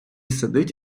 сидить